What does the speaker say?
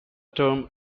term